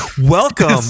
Welcome